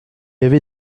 avait